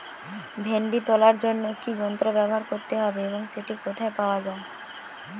ভিন্ডি তোলার জন্য কি যন্ত্র ব্যবহার করতে হবে এবং সেটি কোথায় পাওয়া যায়?